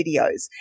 videos